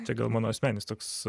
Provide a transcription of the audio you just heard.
čia gal mano asmeninis toks